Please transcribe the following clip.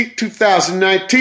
2019